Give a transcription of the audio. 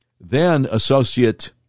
then-associate